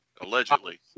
allegedly